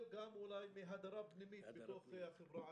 אולי גם מהדרה פנימית בתוך החברה עצמה.